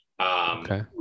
Okay